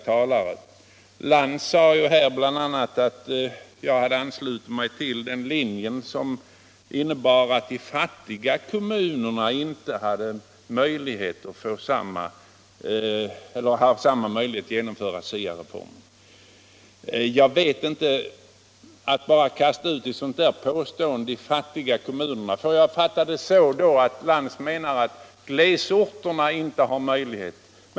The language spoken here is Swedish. Fru Lantz sade bl.a. att jag hade anslutit mig till den linje som innebär att de fattiga kommunerna inte har möjlighet att genomföra SIA-reformen. När fru Lantz kastar ur sig ett sådant uttryck som de fattiga kommunerna får jag väl fatta det så, att hon menar att glesbygdskommunerna inte har denna möjlighet.